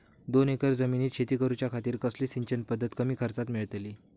दोन एकर जमिनीत शेती करूच्या खातीर कसली सिंचन पध्दत कमी खर्चात मेलतली?